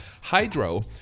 Hydro